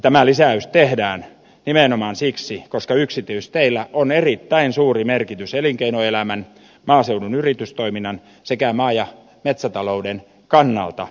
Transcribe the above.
tämä lisäys tehdään nimenomaan siksi että yksityisteillä on erittäin suuri merkitys elinkeinoelämän maaseudun yritystoiminnan sekä maa ja metsätalouden kannalta